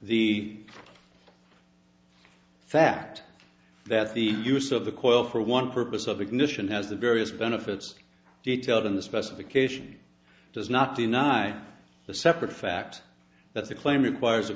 the fact that the use of the coil for one purpose of ignition has the various benefits detailed in the specification does not deny the separate fact that the claim requires